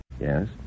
Yes